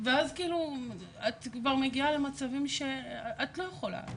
ואז כאילו, את כבר מגיעה למצבים שאת לא יכולה,